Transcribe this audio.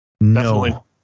No